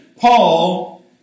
Paul